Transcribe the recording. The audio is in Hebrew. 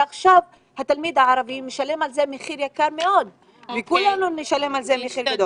עכשיו התלמיד הערבי משלם על זה מחיר יקר מאוד וכולנו נשלם על זה מחיר.